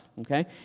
Okay